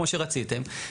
כמו שרציתם,